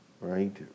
right